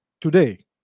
today